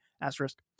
asterisk